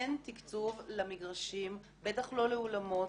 אין תקצוב למגרשים, בטח לא לאולמות.